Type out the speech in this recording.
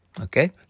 Okay